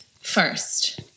first